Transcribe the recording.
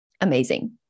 amazing